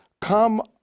come